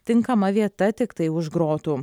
tinkama vieta tiktai už grotų